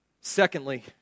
Secondly